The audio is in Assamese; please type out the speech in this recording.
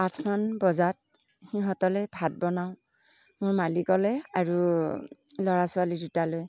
আঠমান বজাত সিহঁতলে ভাত বনাওঁ মোৰ মালিকলে আৰু ল'ৰা ছোৱালী দুটালৈ